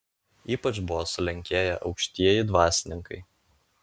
ypač buvo sulenkėję aukštieji dvasininkai